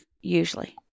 usually